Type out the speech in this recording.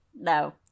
no